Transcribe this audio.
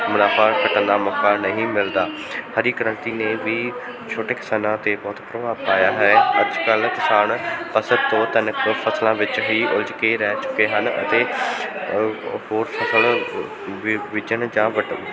ਮੁਨਾਫਾ ਖੱਟਣ ਦਾ ਮੌਕਾ ਨਹੀਂ ਮਿਲਦਾ ਹਰੀ ਕ੍ਰਾਂਤੀ ਨੇ ਵੀ ਛੋਟੇ ਕਿਸਾਨਾਂ 'ਤੇ ਬਹੁਤ ਪ੍ਰਭਾਵ ਪਾਇਆ ਹੈ ਅੱਜ ਕੱਲ੍ਹ ਕਿਸਾਨ ਬਸ ਦੋ ਤਿੰਨ ਕੁ ਫਸਲਾਂ ਵਿੱਚ ਹੀ ਉਲਝ ਕੇ ਰਹਿ ਚੁੱਕੇ ਹਨ ਅਤੇ ਹੌਰ ਸਫਲ ਵੇ ਵੇਚਣ ਜਾਂ ਵੱਢ